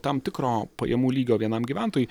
tam tikro pajamų lygio vienam gyventojui